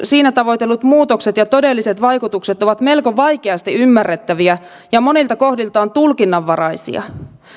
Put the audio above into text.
siinä tavoitellut muutokset ja todelliset vaikutukset ovat melko vaikeasti ymmärrettäviä ja monilta kohdiltaan tulkinnanvaraisia